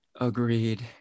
Agreed